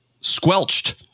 squelched